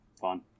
Fun